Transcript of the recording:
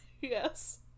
Yes